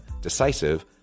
decisive